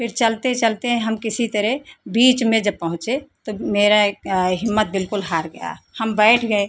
फिर चलते चलते हम किसी तरह बीच में जब पहुंचे तो मेरा ये हिम्मत बिलकुल हार गया हम बैठ गए